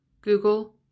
Google